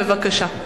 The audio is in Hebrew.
בבקשה.